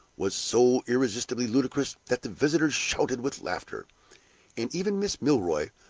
was so irresistibly ludicrous that the visitors shouted with laughter and even miss milroy,